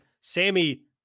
Sammy